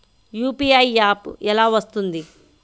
UPI app ఎలా వస్తుంది?